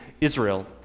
Israel